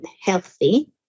healthy